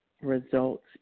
results